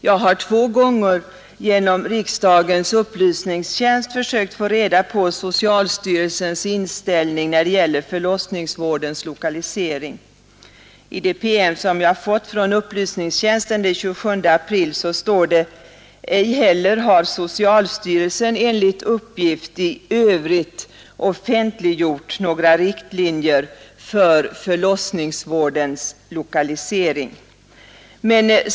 Jag har två gånger genom riksdagens upplysningstjänst försökt få reda på socialstyrelsens inställning när det gäller förlossningsvårdens lokalisering. I den PM som jag fått från upplysningstjänsten den 27 april står det: Ej heller har socialstyrelsen enligt uppgift i övrigt offentliggjort några riktlinjer för förlossningsvårdens lokalisering.